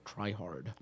tryhard